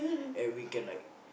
and we can like